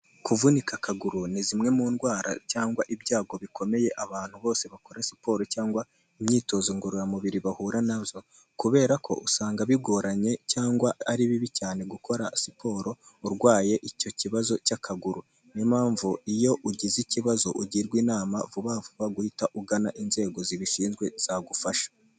Kuvunika akaguru ni zimwe mu ndwara cyangwa ibyago bikomeye abantu bose bakora siporo cyangwa imyitozo ngororamubiri bahura na zo. Kubera ko usanga bigoranye, cyangwa ari bibi cyane gukora siporo urwaye icyo kibazo cy'akaguru. Ni yo mpamvu iyo ugize ikibazo ugirwa inama, vuba vuba, guhita ugana inzego zibishinzwe, zagufasha.